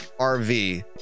RV